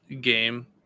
game